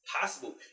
possible